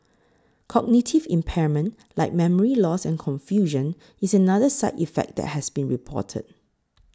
cognitive impairment like memory loss and confusion is another side effect that has been reported